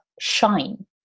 shine